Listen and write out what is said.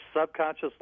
subconscious